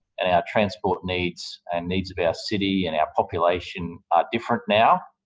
and our transport needs and needs of our city and our population are different now.